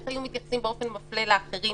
איך היו מתייחסים באופן מפלה לאחרים.